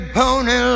pony